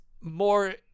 more